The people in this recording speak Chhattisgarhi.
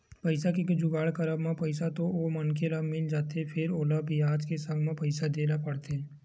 पइसा के जुगाड़ करब म पइसा तो ओ मनखे ल मिल जाथे फेर ओला बियाज के संग पइसा देय ल परथे